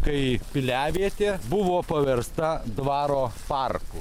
kai piliavietė buvo paversta dvaro parku